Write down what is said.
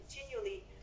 continually